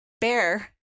Bear